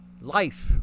life